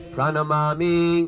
Pranamami